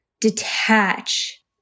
detach